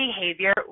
behavior